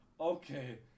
Okay